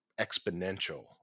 exponential